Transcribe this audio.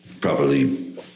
properly